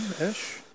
ish